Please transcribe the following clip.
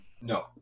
No